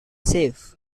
safe